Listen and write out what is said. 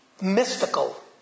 Mystical